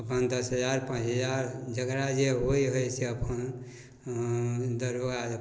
अपन दस हजार पाँच हजार जकरा जे होइ हइ से अपन दरोगा जे अपन